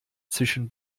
zwischen